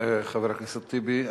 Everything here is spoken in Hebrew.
חבר הכנסת טיבי.